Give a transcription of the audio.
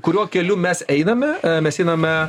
kuriuo keliu mes einame mes einame